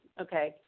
Okay